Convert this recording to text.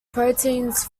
proteins